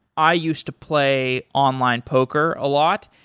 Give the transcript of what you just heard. i used to play online poker a lot,